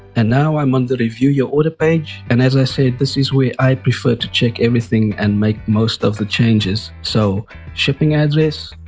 and now i'm on the review your order page and as i said this is where i prefer to check everything and make most of the changes so shipping address,